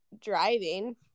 driving